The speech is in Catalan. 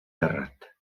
terrat